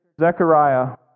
Zechariah